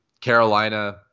Carolina